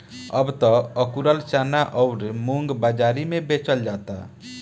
अब त अकुरल चना अउरी मुंग बाजारी में बेचल जाता